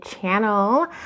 channel